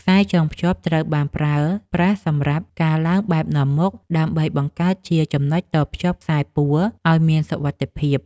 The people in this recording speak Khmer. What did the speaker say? ខ្សែចងភ្ជាប់ ត្រូវបានប្រើប្រាស់សម្រាប់ការឡើងបែបនាំមុខ ដើម្បីបង្កើតជាចំណុចតភ្ជាប់ខ្សែពួរឱ្យមានសុវត្ថិភាព។